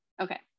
okay